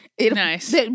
nice